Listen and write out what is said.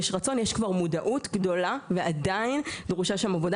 יש כבר מודעות גדולה ועדיין דרושה שם עבודה